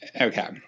Okay